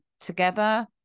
together